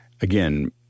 again